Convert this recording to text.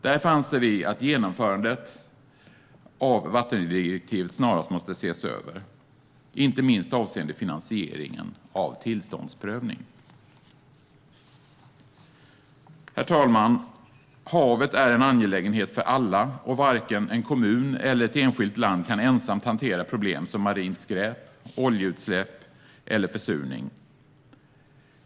Därför anser vi att genomförandet av vattendirektivet snarast måste ses över, inte minst avseende finansieringen av tillståndsprövning. Herr talman! Havet är en angelägenhet för alla, och varken en kommun eller ett enskilt land kan på egen hand hantera problem som marint skräp, oljeutsläpp eller försurning.